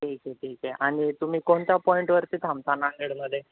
ठीक आहे ठीक आहे आणि तुम्ही कोणत्या पॉईंट वरती थांबता नांगेडमध्ये